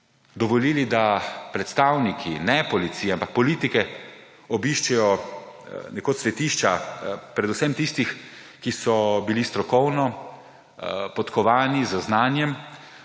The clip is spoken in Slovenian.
dovolili, da predstavniki ne policije, ampak politike, obiščejo nekoč svetišča predvsem tistih, ki so bili strokovno podkovani z znanjem